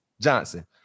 Johnson